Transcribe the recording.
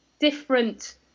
different